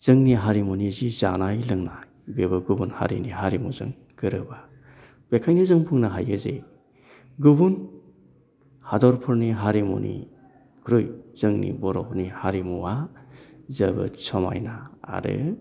जोंनि हारिमुनि जि जानाय लोंनाय बेबो गुबुन हारिनि हारिमुजों गोरोबा बेखायनो जों बुंनो हायो जे गुबुन हादरफोरनि हारिमुनिख्रुइ जोंनि बर'नि हारिमुआ जोबोद समायना आरो